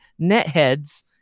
NetHeads